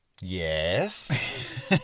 Yes